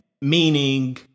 Meaning